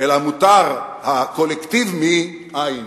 אלא מותר הקולקטיב מאין.